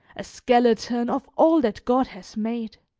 a skeleton of all that god has made.